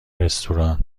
رستوران